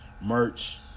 merch